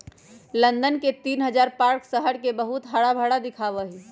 London के तीन हजार पार्क शहर के बहुत हराभरा दिखावा ही